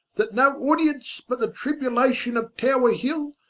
that no audience but the tribulation of tower hill,